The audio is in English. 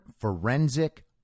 forensic